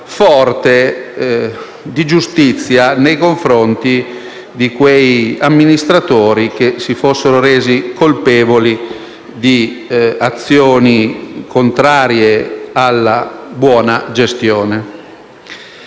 forte di giustizia nei confronti di quegli amministratori che si fossero resi colpevoli di azioni contrarie alla buona gestione.